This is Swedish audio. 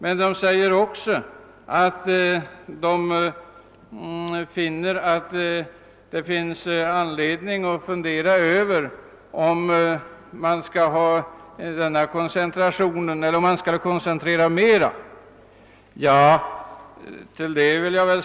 Men de säger också att det finns anledning att fundera över om ytterligare bebyggelse bör koncentreras till Frescati.